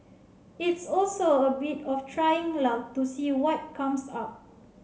it's also a bit of trying luck to see what comes up